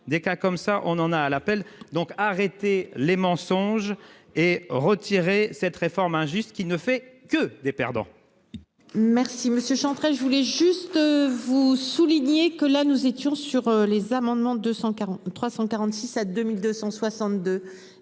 des cas comme ça on en a à la pelle. Donc arrêtez les mensonges et retirer cette réforme injuste qui ne fait que des perdants. Merci monsieur Chantrel, je voulais juste vous souligner que là nous étions sur les. L'amendement 240 346 à 2262